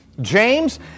James